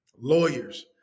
lawyers